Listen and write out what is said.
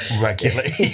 regularly